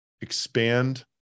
expand